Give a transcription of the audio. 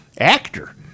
actor